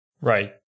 Right